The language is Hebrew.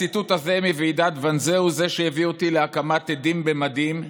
הציטוט הזה מוועידת ואנזה הוא שהביא אותי להקמת "עדים במדים"